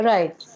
Right